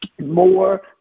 more